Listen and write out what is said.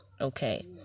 Okay